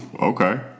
okay